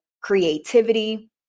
creativity